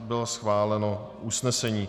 Bylo schváleno usnesení.